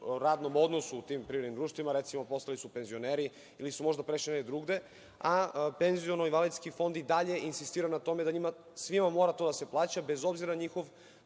radnom odnosu u tim privrednim društvima, recimo, postali su penzioneri ili su možda prešli negde drugde, a Penziono invalidski fond i dalje insistira na tome da njima svima mora to da se plaća bez obzira na njihov